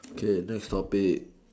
okay next topic